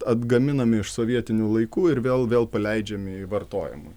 atgaminami iš sovietinių laikų ir vėl vėl paleidžiami į vartojimą